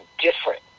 different